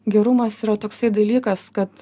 gerumas yra toksai dalykas kad